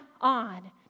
on